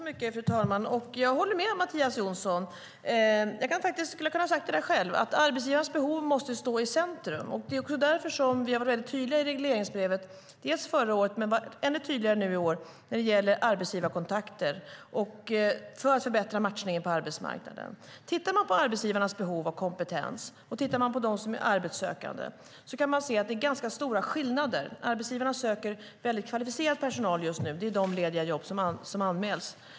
Fru talman! Jag håller med Mattias Jonsson. Jag hade kunnat säga detta själv, nämligen att arbetsgivarens behov måste stå i centrum. Det är därför vi är tydliga i regleringsbrevet. Vi var tydliga förra året, men vi är ännu tydligare i år när det gäller arbetsgivarkontakter för att förbättra matchningen på arbetsmarknaden. Om man tittar på arbetsgivarnas behov av kompetens och på de arbetssökande kan man se stora skillnader. Arbetsgivarna söker kvalificerad personal. Det är de lediga jobben som anmäls.